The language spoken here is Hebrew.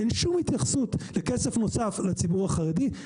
אין שום התייחסות לכסף נוסף לציבור החרדי,